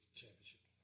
championship